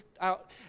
out